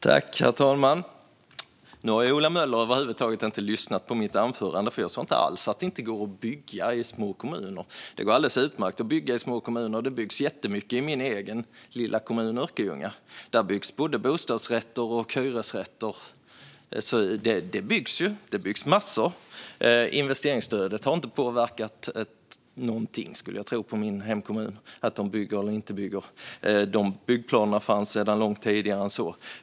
Herr talman! Ola Möller har över huvud taget inte lyssnat på mitt anförande. Jag sa inte alls att det inte går att bygga i små kommuner. Det går alldeles utmärkt. Det byggs jättemycket i min lilla hemkommun Örkelljunga. Där byggs både bostadsrätter och hyresrätter. Det byggs massor, och jag tror inte att investeringsstödet har påverkat byggandet alls i min hemkommun. Byggplanerna fanns långt tidigare.